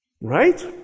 Right